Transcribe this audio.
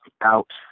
out